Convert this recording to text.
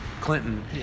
Clinton